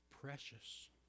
Precious